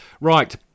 Right